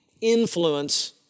influence